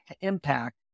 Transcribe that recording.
impact